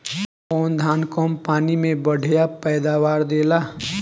कौन धान कम पानी में बढ़या पैदावार देला?